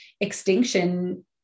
extinction